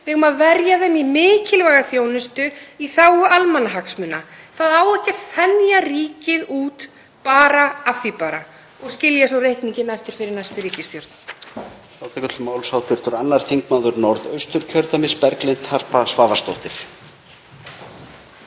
Við eigum að verja þeim í mikilvæga þjónustu í þágu almannahagsmuna. Það á ekki að þenja ríkið út bara af því bara og skilja svo reikninginn eftir fyrir næstu ríkisstjórn.